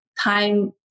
time